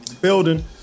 Building